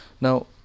Now